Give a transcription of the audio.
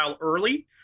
early